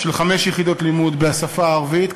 של חמש יחידות לימוד בשפה הערבית,